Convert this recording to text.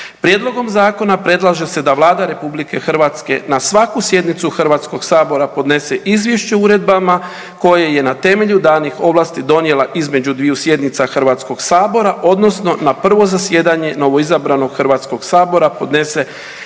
Prijedlogom zakona predlaže se da Vlada RH na svaku sjednicu HS-a podnese izvješće o uredbama koje je na temelju danih ovlasti donijela između dviju sjednica HS-a odnosno na prvo zasjedanje novoizabranog HS-a podnese izvješća